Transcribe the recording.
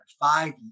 five